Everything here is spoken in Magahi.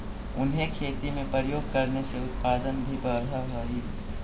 उन्हें खेती में प्रयोग करने से उत्पादन भी बढ़अ हई